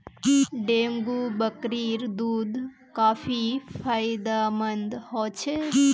dengue बकरीर दूध काफी फायदेमंद ह छ